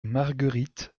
marguerite